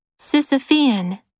Sisyphean